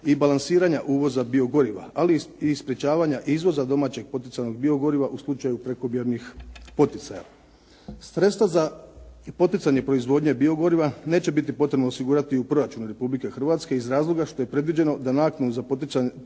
i balansiranja uvoza biogoriva, ali i sprječavanja izvoza domaćeg poticajnog biogoriva u slučaju prekomjernih poticaja. Sredstva za poticanje proizvodnje biogoriva neće biti potrebno osigurati u proračunu Republike Hrvatske iz razloga što je predviđeno da naknadu za poticanje